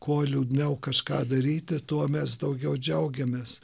kuo liūdniau kažką daryti tuo mes daugiau džiaugiamės